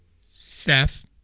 Seth